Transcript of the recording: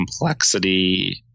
complexity